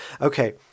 okay